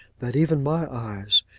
that even my eyes,